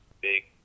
big